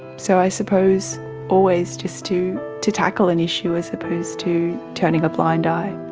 so i suppose always just to to tackle an issue as opposed to turning a blind eye.